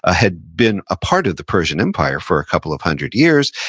ah had been a part of the persian empire for a couple of hundred years,